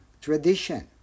tradition